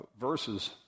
verses